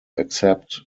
accept